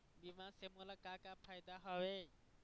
बीमा से मोला का का फायदा हवए?